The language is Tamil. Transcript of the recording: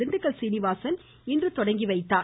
திண்டுக்கல் சீனிவாசன் இன்று தொடங்கிவைத்தார்